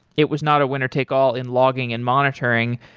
it was not a winner-take-all in logging and monitoring.